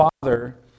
father